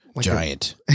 giant